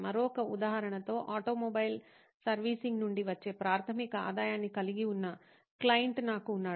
మరొక ఉదాహరణలో automobile servicing నుండి వచ్చే ప్రాధమిక ఆదాయాన్ని కలిగి ఉన్న క్లయింట్ నాకు ఉన్నాడు